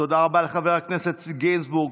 תודה רבה לחבר הכנסת גינזבורג.